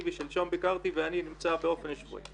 אבל כל מה שתגידו יועבר הלאה.